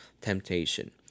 temptation